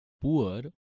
poor